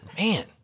Man